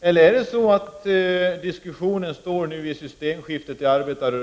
till den enskilde individen?